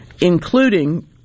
including